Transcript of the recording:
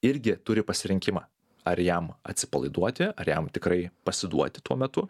irgi turi pasirinkimą ar jam atsipalaiduoti ar jam tikrai pasiduoti tuo metu